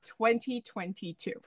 2022